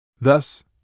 Thus